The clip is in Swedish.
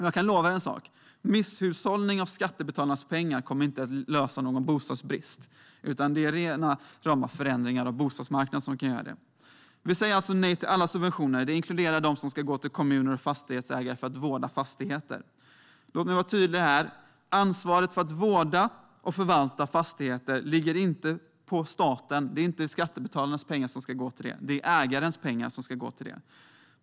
Jag kan lova er en sak: Misshushållning med skattebetalarnas pengar kommer inte att lösa någon bostadsbrist. Det är det bara rena rama förändringar av bostadsmarknaden som kan göra. Vi säger alltså nej till alla subventioner. Det inkluderar dem som ska gå till kommuner och fastighetsägare för att vårda fastigheter. Låt mig vara tydlig: Ansvaret för att vårda och förvalta fastigheter ligger inte på staten. Det är inte skattebetalarnas pengar som ska gå till det; det är ägarens pengar som ska gå till det.